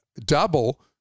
double